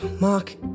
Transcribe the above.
Mark